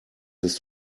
ist